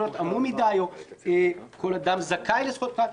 להיות עמום מדי או כל אדם זכאי לזכויות פרט.